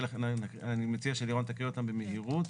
אני מציע שלירון תקריא אותם במהירות.